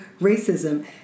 racism